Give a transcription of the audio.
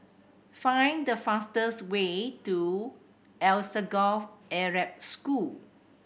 find the fastest way to Alsagoff Arab School